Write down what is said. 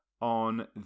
on